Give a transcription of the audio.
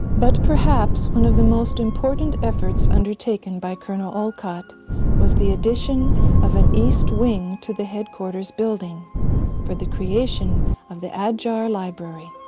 but perhaps one of the most important efforts undertaken by col. olcott was the addition of an east wing to the headquarters building for the creation of the adyar library.